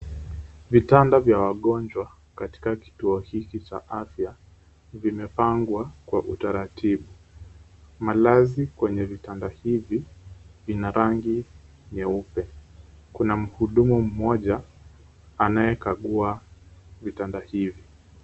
Vitanda vya wagonjwa katika kituo cha hiki cha afya vimepangwa kwa utaratibu. Malazi kwenye vitanda hivi vina rangi nyeupe. Kuna mhudumu mmoja anayekagua vitanda hivi.